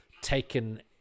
taken